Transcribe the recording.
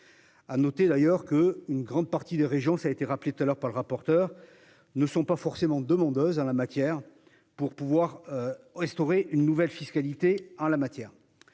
À noter d'ailleurs que, une grande partie des régions ça été rappelé tout à l'heure par le rapporteur ne sont pas forcément demandeuses en la matière pour pouvoir restaurer une nouvelle fiscalité en la matière.